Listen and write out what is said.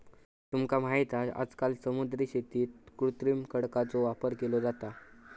तुका माहित हा आजकाल समुद्री शेतीत कृत्रिम खडकांचो वापर केलो जाता